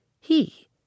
he—